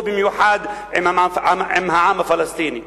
ובמיוחד עם העם הפלסטיני.